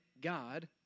God